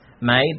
made